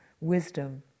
wisdom